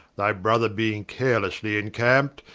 thy brother being carelessely encamp'd,